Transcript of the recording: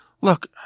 Look